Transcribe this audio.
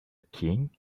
king